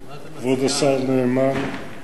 כבוד השר נאמן,